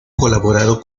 colaborado